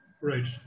Right